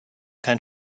kein